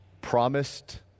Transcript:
Promised